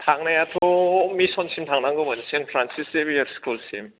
थांनायाथ' मिसनसिम थांनांगौमोन सेन्ट फ्रानसिच जेबियार स्कुलसिम